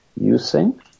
using